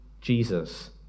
Jesus